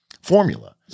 formula